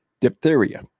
diphtheria